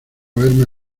verme